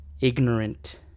ignorant